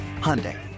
Hyundai